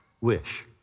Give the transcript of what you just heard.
wish